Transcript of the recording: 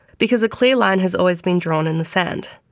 because a clear line has always been drawn in the sand.